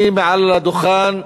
אני, מעל הדוכן הזה,